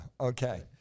Okay